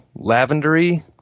lavendery